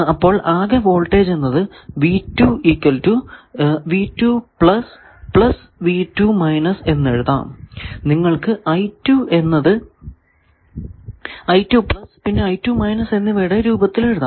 അപ്പോൾ ആകെ വോൾടേജ് എന്നത് എന്ന് എഴുതാം നിങ്ങൾക്കു എന്നത് പിന്നെ എന്നിവയുടെ രൂപത്തിൽ എഴുതാം